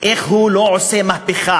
איך הוא לא עושה מהפכה.